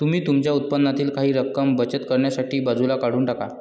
तुम्ही तुमच्या उत्पन्नातील काही रक्कम बचत करण्यासाठी बाजूला काढून टाका